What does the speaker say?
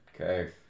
Okay